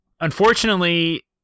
unfortunately